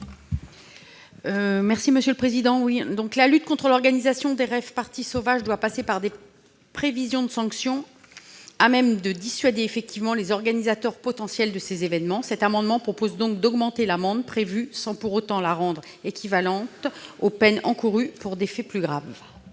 Mme Nicole Duranton. La lutte contre l'organisation de rave-parties sauvages doit passer par des prévisions de sanctions à même de dissuader effectivement les organisateurs potentiels de ces événements. Cet amendement vise donc à augmenter l'amende prévue sans pour autant la rendre équivalente aux peines encourues pour des faits plus graves.